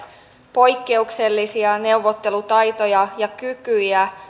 poikkeuksellisia neuvottelutaitoja ja kykyjä